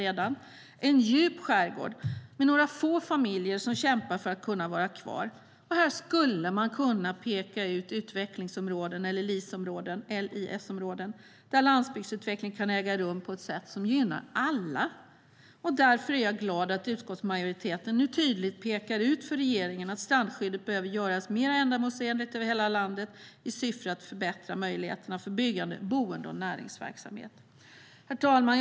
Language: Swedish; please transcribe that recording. Det är en djup skärgård med några få familjer som kämpar för att kunna vara kvar. Här skulle man kunna peka ut utvecklingsområden, LIS-områden, där landsbygdsutveckling kan äga rum på ett sätt som gynnar alla. Herr talman!